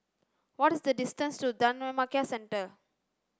what is the distance to Dhammakaya Centre